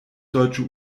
deutsche